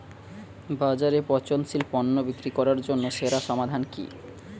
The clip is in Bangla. বাজারে পচনশীল পণ্য বিক্রি করার জন্য সেরা সমাধান কি?